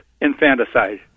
infanticide